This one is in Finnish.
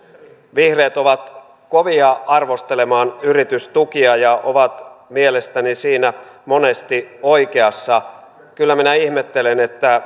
vihreät ovat kovia arvostelemaan yritystukia ja ovat mielestäni siinä monesti oikeassa kyllä minä ihmettelen että